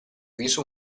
viso